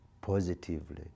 positively